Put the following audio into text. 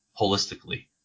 holistically